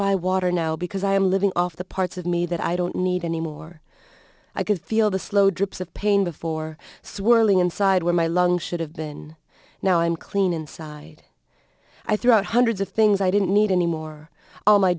by water now because i am living off the parts of me that i don't need anymore i could feel the slow drip of pain before swirling inside where my lungs should have been now i'm clean inside i threw out hundreds of things i didn't need anymore all my